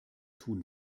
tun